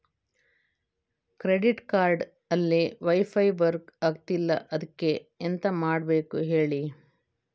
credit card ಅಲ್ಲಿ wifi work ಆಗ್ತಿಲ್ಲ ಅದ್ಕೆ ಎಂತ ಮಾಡಬೇಕು ಹೇಳಿ